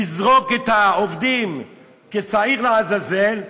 לזרוק את העובדים כשעיר לעזאזל.